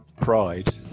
pride